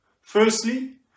Firstly